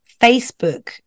Facebook